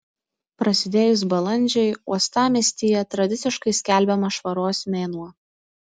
prasidėjus balandžiui uostamiestyje tradiciškai skelbiamas švaros mėnuo